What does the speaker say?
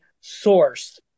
source